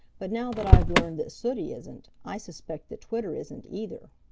but now that i've learned that sooty isn't, i suspect that twitter isn't either.